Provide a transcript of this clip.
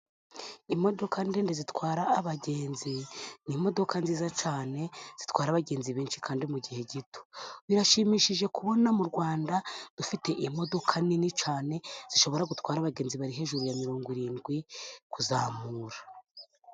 Imodoka ndende zitwara abagenzi, ni imodoka nziza cyane zitwara abagenzi benshi kandi mu gihe gito. Birashimishije kubona mu Rwanda dufite imodoka nini cyane, zishobora gutwara abagenzi bari hejuru ya mirongo irindwi kuzamura.